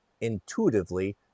intuitively